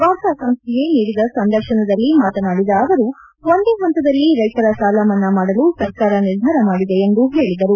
ವಾರ್ತಾ ಸಂಸ್ಥೆಗೆ ನೀಡಿದ ಸಂದರ್ಶನದಲ್ಲಿ ಮಾತನಾಡಿದ ಅವರು ಒಂದೇ ಪಂತದಲ್ಲಿ ರೈತರ ಸಾಲಮನ್ನಾ ಮಾಡಲು ಸರ್ಕಾರ ನಿರ್ಧಾರ ಮಾಡಿದೆ ಎಂದು ಅವರು ಹೇಳಿದರು